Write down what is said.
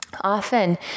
often